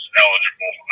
eligible